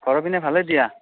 ঘৰৰ পিনে ভালেই দিয়া